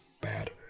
bad